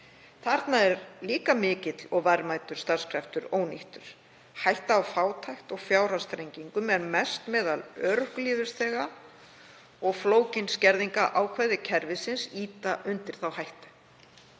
Þarna er líka mikill og verðmætur starfskraftur ónýttur. Hætta á fátækt og fjárhagsþrengingum er mest meðal örorkulífeyrisþega og flókin skerðingarákvæði kerfisins ýta undir þá hættu.